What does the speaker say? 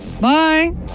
Bye